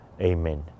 Amen